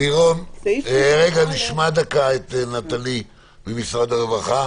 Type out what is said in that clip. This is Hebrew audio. נשמע את נטלי ממשרד הרווחה.